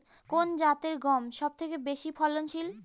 কোন জাতের গম সবথেকে বেশি ফলনশীল?